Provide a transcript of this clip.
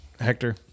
Hector